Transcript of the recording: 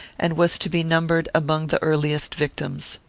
and was to be numbered among the earliest victims.